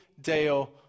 Deo